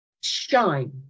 shine